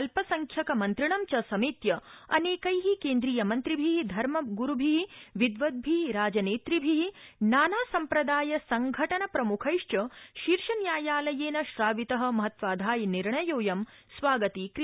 अत्पसंख्यकमन्त्रिणं च समेत्य अनेकै केन्द्रीयमन्त्रिभि धर्मगुरूभि विद्वन्द्रि राजनेतृभि नाना संप्रदाय संघटन प्रमुखैश्व शीर्षन्यायालयेन श्रावित महात्त्वाधायि निर्णयोयं स्वागतीकृत